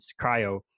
Cryo